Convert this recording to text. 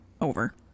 over